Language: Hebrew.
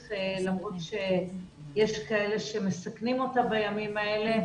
למרות שיש כאלה שמסכנים אותה בימים האלה,